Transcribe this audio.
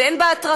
ואין בה התרסה,